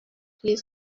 لیز